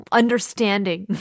understanding